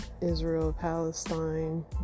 Israel-Palestine